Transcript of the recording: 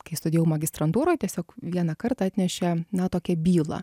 kai studijau magistrantūroj tiesiog vieną kartą atnešė na tokia bylą